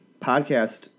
podcast